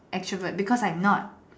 extrovert because I am not